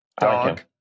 Dog